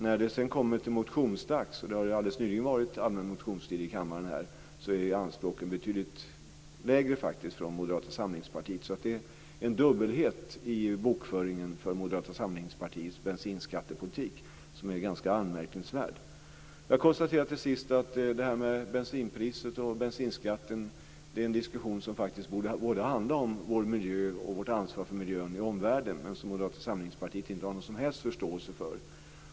När det sedan kommer till motionsdags - det har ju alldeles nyligen varit allmän motionstid i riksdagen - är anspråken betydligt lägre från Moderata samlingspartiet, så det är en dubbelhet i bokföringen för Moderata samlingspartiets bensinskattepolitik som är ganska anmärkningsvärd. Jag konstaterar till sist att detta med bensinpriset och bensinskatten är en diskussion som faktiskt borde handla om vår miljö och vårt ansvar för miljön i omvärlden, men det är något som Moderata samlingspartiet inte har någon som helst förståelse för.